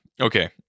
Okay